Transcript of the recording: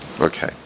Okay